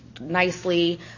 Nicely